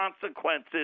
consequences